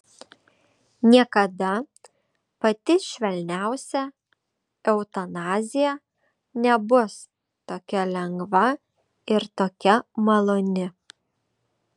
niekada pati švelniausia eutanazija nebus tokia lengva ir tokia maloni